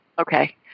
Okay